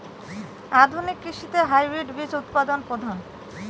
আধুনিক কৃষিতে হাইব্রিড বীজ উৎপাদন প্রধান